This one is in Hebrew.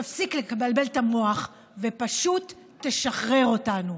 תפסיק לבלבל את המוח ופשוט תשחרר אותנו.